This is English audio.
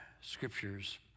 Scriptures